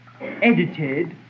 edited